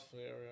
area